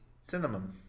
Cinnamon